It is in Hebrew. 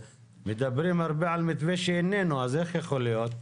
מדברים הרבה על מתווה שאיננו אז איך יכול להיות?